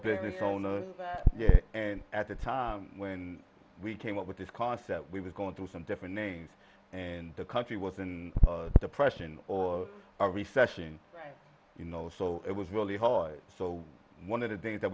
business owner at a time when we came up with this cost that we were going through some different names and the country was in a depression or a recession you know so it was really hard so one of the things that